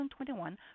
2021